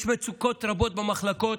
יש מצוקות רבות במחלקות,